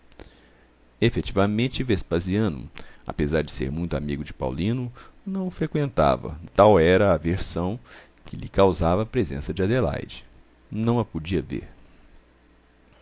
efetivamente vespasiano apesar de ser muito amigo de paulino não o freqüentava tal era a aversão que lhe causava a presença de adelaide não a podia ver